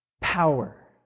power